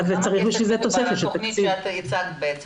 יוזמי הדיון הם חברי הכנסת אלכס קושניר והיבא יזבק.